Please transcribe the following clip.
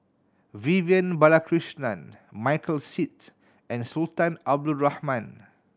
Vivian Balakrishnan Michael Seet and Sultan Abdul Rahman